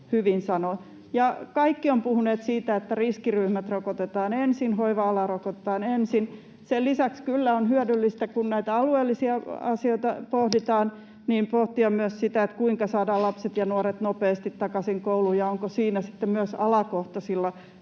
Kaikki ovat puhuneet siitä, että riskiryhmät rokotetaan ensin, hoiva-ala rokotetaan ensin. Sen lisäksi on kyllä hyödyllistä, kun näitä alueellisia asioita pohditaan, pohtia myös sitä, kuinka saadaan lapset ja nuoret nopeasti takaisin kouluun ja onko siinä sitten myös alakohtaisilla